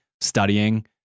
studying